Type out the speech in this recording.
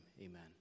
amen